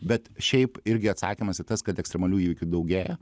bet šiaip irgi atsakymas į tas kad ekstremalių įvykių daugėja